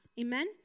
Amen